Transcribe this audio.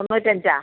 തൊണ്ണൂറ്റിയഞ്ചാണോ